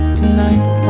tonight